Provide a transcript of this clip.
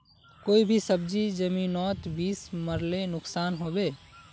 कोई भी सब्जी जमिनोत बीस मरले नुकसान होबे?